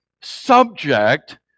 subject